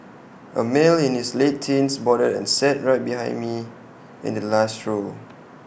A male in his late teens boarded and sat right behind me in the last row